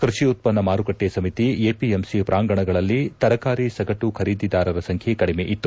ಕೃಷಿ ಉತ್ಪನ್ನ ಮಾರುಕಟ್ಟೆ ಸಮಿತಿ ಎಪಿಎಂಸಿ ಪ್ರಾಂಗಣಗಳಲ್ಲಿ ತರಕಾರಿ ಸಗಟು ಖರೀದಿದಾರರ ಸಂಖ್ಯೆ ಕಡಿಮೆ ಇತ್ತು